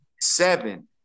seven